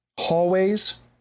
hallways